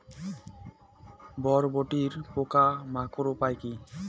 বরবটির পোকা মারার উপায় কি?